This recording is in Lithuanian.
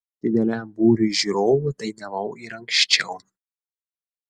dideliam būriui žiūrovų dainavau ir anksčiau